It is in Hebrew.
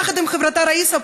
יחד עם חברתה ראיסה,